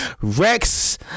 Rex